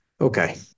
Okay